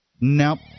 nope